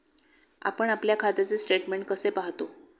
आपण आपल्या खात्याचे स्टेटमेंट कसे पाहतो?